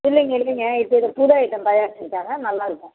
இல்லைங்க இல்லைங்க இப்போ இது புது ஐட்டம் தயாரித்துருக்காங்க நல்லாயிருக்கும்